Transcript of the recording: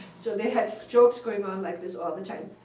so they had jokes going on like this all the time.